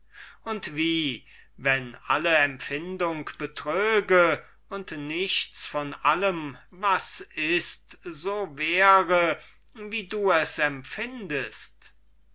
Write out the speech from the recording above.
und wie wenn alle empfindung betröge und nichts von allem was ist so wäre wie du es empfindest